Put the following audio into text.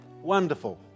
Wonderful